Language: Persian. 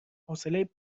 حوصله